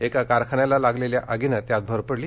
क्रि कारखान्याला लागलेल्या आगीनं त्यात भर पडली